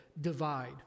Divide